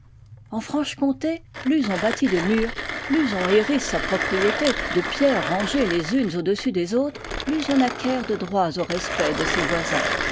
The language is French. en franche-comté plus on bâtit de murs plus on hérisse sa propriété de pierres rangées les unes au-dessus des autres plus on acquiert de droits aux respects de ses voisins